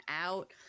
out